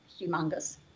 humongous